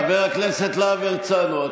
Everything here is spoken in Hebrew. חבר הכנסת להב הרצנו,